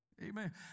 Amen